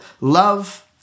love